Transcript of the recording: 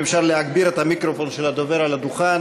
אם אפשר להגביר את המיקרופון של הדובר על הדוכן.